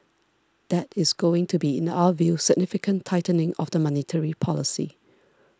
that is going to be in our view significant tightening of the monetary policy